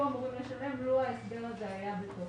אמורים לשלם לו ההסדר הזה היה בתוקף.